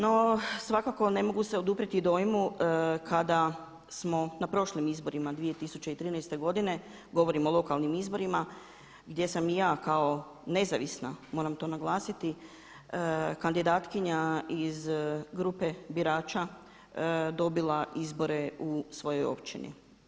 No, svakako ne mogu se oduprijeti dojmu kada smo na prošlim izborima 2013. godine, govorim o lokalnim izborima, gdje sam i ja kao nezavisna, moram to naglasiti kandidatkinja iz grupe birača dobila izbore u svojoj općini.